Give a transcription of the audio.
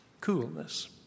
coolness